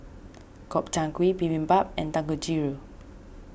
Gobchang Gui Bibimbap and Dangojiru